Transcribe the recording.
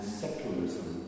secularism